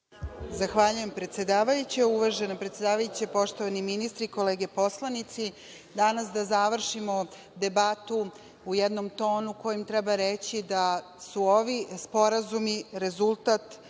Zahvaljujem se, predsedavajuća. Uvažena predsedavajuća, poštovani ministri, kolege poslanici, danas da završimo debatu u jednom tonu u kojem treba reći da su ovi sporazumi rezultat